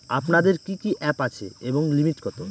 আপনাদের কি কি অ্যাপ আছে এবং লিমিট কত?